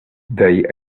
they